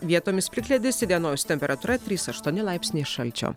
vietomis plikledis įdienojus temperatūra trys aštuoni laipsniai šalčio